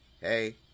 hey